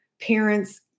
parents